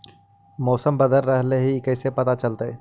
मौसम बदल रहले हे इ कैसे पता चलतै?